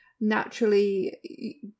naturally